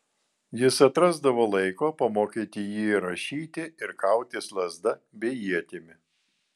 jis atrasdavo laiko pamokyti jį ir rašyti ir kautis lazda bei ietimi